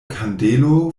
kandelo